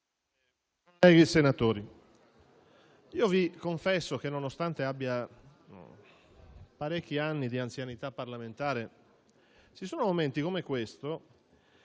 colleghi senatori, vi confesso che, nonostante abbia parecchi anni di anzianità parlamentare, ci sono momenti - come questo